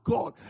God